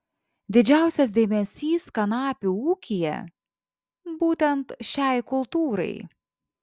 didžiausias dėmesys kanapių ūkyje būtent šiai kultūrai